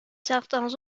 certains